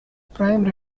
prime